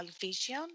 vision